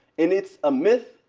and it's a myth,